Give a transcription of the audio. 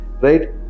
right